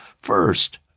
First